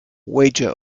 wager